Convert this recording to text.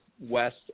west